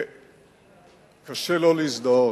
קשה לא להזדהות.